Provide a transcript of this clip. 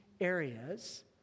areas